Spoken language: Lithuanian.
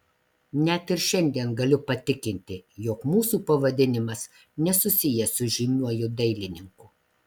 net ir šiandien galiu patikinti jog mūsų pavadinimas nesusijęs su žymiuoju dailininku